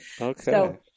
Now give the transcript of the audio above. Okay